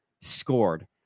scored